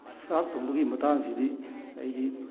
ꯆꯥꯛ ꯊꯣꯡꯕꯒꯤ ꯃꯇꯥꯡꯁꯤꯗꯤ ꯑꯩꯗꯤ